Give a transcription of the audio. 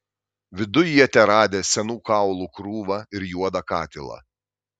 viduj jie teradę senų kaulų krūvą ir juodą katilą